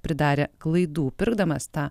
pridarė klaidų pirkdamas tą